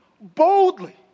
Boldly